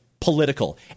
political